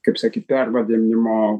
kaip sakyt pervadinimo